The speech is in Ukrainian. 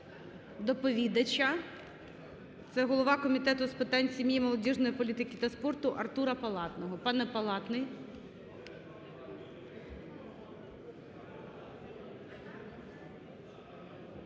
доповідача, це голова Комітету з питань сім'ї, молодіжної політики та спорту Артура Палатного. Пане Палатний.